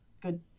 good